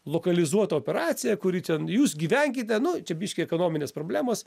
lokalizuota operacija kuri ten jūs gyvenkite nu čia biškį ekonominės problemos